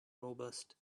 robust